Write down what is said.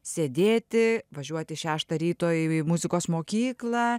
sėdėti važiuoti šeštą ryto į muzikos mokyklą